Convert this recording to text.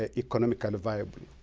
ah economically viable.